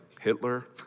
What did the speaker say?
Hitler